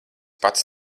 pats